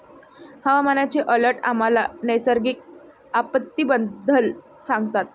हवामानाचे अलर्ट आम्हाला नैसर्गिक आपत्तींबद्दल सांगतात